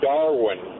Darwin